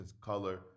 color